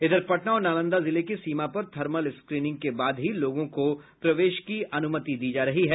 इधर पटना और नालंदा जिले की सीमा पर थर्मल स्क्रीनिंग के बाद ही लोगों को प्रवेश की अनुमति दी जा रही है